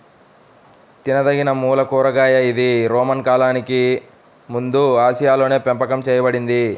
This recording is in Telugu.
తినదగినమూల కూరగాయ ఇది రోమన్ కాలానికి ముందుఆసియాలోపెంపకం చేయబడింది